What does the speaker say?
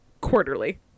quarterly